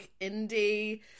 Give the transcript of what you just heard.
indie